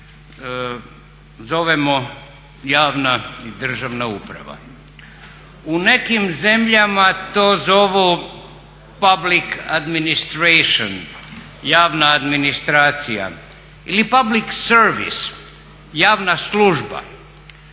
zovemo javna i državna uprava. U nekim zemljama to zovu public administration, javna administracija ili public servise, javna služba